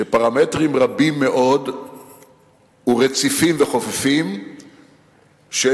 של פרמטרים רבים מאוד ורציפים וחופפים של